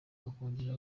akongera